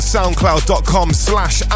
SoundCloud.com/slash